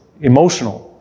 emotional